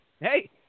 hey